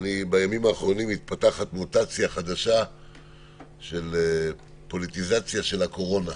שבימים האחרונים מתפתחת מוטציה חדשה של פוליטיזציה של הקורונה.